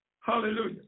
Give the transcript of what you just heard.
Hallelujah